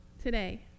today